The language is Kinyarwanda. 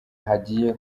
hagiye